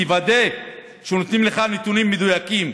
תוודא שנותנים לך נתונים מדויקים,